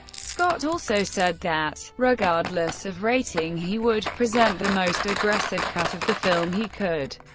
scott also said that, regardless of rating, he would present the most aggressive cut of the film he could,